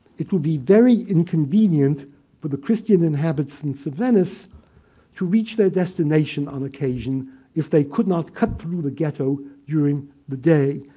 it would be very inconvenient for the christian inhabitants of venice to reach their destination on occasion if they could not cut through the ghetto during the day.